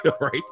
right